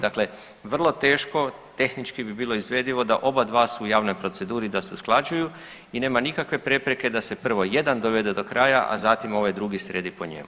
Dakle, vrlo teško tehnički bi bilo izvedivo da oba dva su u javnoj proceduri, da se usklađuju i nema nikakve prepreke da se prvo jedan dovede do kraja, a zatim ovaj drugi sredi po njemu.